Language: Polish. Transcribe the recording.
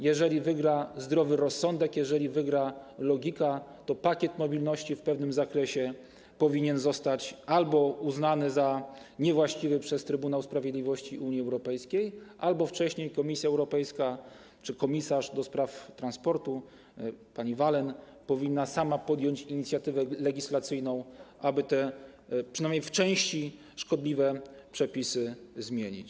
Jeżeli wygra zdrowy rozsądek, jeżeli wygra logika, to w odniesieniu do Pakietu Mobilności albo w pewnym zakresie powinien zostać on uznany za niewłaściwy przez Trybunał Sprawiedliwości Unii Europejskiej, albo wcześniej Komisja Europejska czy komisarz do spraw transportu pani Vălean powinna sama podjąć inicjatywę legislacyjną, aby przynajmniej te w części szkodliwe przepisy zmienić.